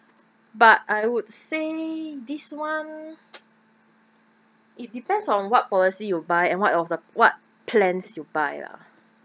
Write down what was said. but I would say this one it depends on what policy you buy and what of the what plans you buy lah